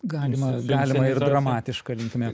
galima galima ir dramatiška linkme